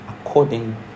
According